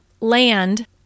land